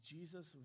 Jesus